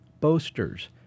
boasters